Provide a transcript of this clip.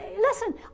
Listen